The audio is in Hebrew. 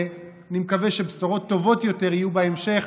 אני מקווה שבשורות טובות יותר יהיו בהמשך,